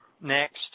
next